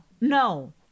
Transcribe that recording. no